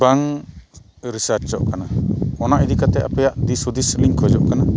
ᱵᱟᱝ ᱨᱤᱥᱟᱨᱪᱚᱜ ᱠᱟᱱᱟ ᱚᱱᱟ ᱤᱫᱤ ᱠᱟᱛᱮ ᱟᱯᱮᱭᱟᱜ ᱫᱤᱥ ᱦᱩᱫᱤᱥ ᱞᱤᱧ ᱠᱷᱚᱡᱚᱜ ᱠᱟᱱᱟ